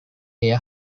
their